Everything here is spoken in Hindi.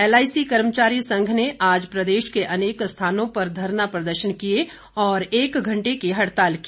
एलआईसी कर्मचारी संघ ने आज प्रदेश के अनेक स्थानों पर धरना प्रदर्शन किए और एक घंटे की हड़ताल की